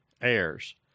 Heirs